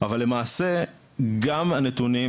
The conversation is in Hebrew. אבל למעשה גם הנתונים,